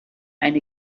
eine